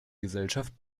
gesellschaft